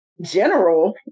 general